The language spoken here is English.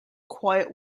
quiet